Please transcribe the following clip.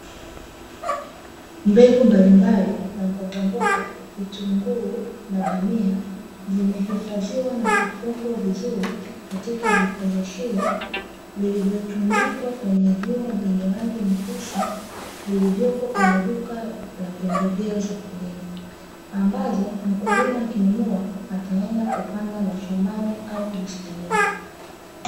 Mbegu mbalimbali za mbogamboga, vitunguu na bamia zimehifadhiwa na kufungwa vizuri katika vifungashio vilivyotundikwa kwenye vyuma vyenye rangi nyeusi vilivyopo kwenye duka la pembejeo za kilimo, ambazo mkulima akinunua ataenda kupanda mashambani au bustanini.